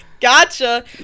Gotcha